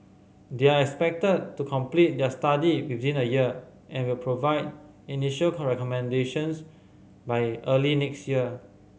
they are expected to complete their study within a year and will provide initial recommendations by early next year